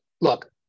look